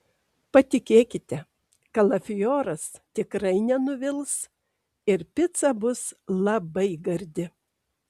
patikėkite kalafioras tikrai nenuvils ir pica bus labai gardi